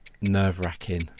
nerve-wracking